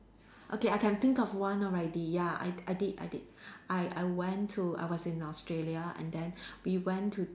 okay I can think of one already ya I I did I did I I went to I was in Australia and then we went to